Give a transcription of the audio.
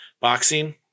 boxing